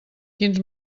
quins